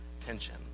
tension